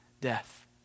death